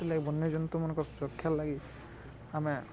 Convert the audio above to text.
ସେଥିଲାଗି ବନ୍ୟଜନ୍ତୁମାନଙ୍କ ସୁରକ୍ଷା ଲାଗି ଆମେ